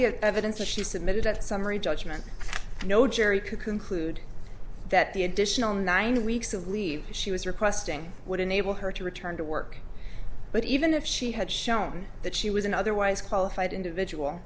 the evidence which she submitted at summary judgment no jury could conclude that the additional nine weeks of leave she was requesting would enable her to return to work but even if she had shown that she was an otherwise qualified individual